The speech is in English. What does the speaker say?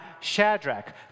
Shadrach